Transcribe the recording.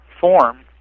form